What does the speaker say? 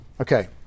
Okay